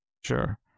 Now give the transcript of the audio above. Sure